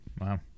wow